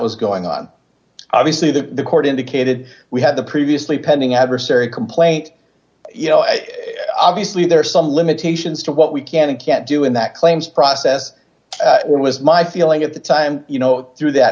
was going on obviously the court indicated we had the previously pending adversary complaint you know obviously there are some limitations to what we can and can't do in that claims process what was my feeling at the time you know through that